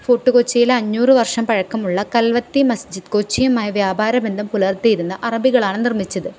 fort കൊച്ചിയില് അഞ്ഞൂറ് വർഷം പഴക്കമുള്ള കൽവത്തി മസ്ജിദ് കൊച്ചിയുമായി വ്യാപാരബന്ധം പുലർത്തിയിരുന്ന അറബികളാണ് നിർമിച്ചത്